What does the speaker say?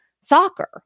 soccer